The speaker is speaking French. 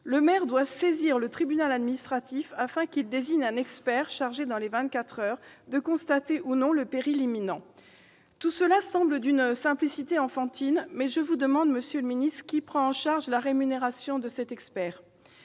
; il doit saisir le tribunal administratif afin que celui-ci désigne un expert chargé, dans les vingt-quatre heures, de constater ou non le péril imminent. Tout cela semble d'une simplicité enfantine, mais, je vous le demande, monsieur le ministre : qui prend en charge la rémunération de cet expert ?